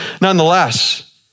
nonetheless